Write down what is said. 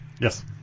Yes